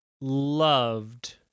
loved